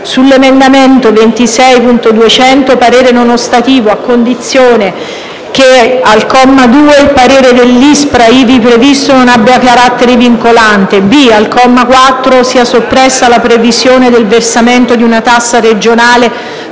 sull'emendamento 26.200 parere non ostativo, a condizione che: a) al comma 2, il parere dell'ISPRA, ivi previsto, non abbia carattere vincolante; b) al comma 4, sia soppressa la previsione del versamento di una tassa regionale